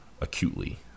acutely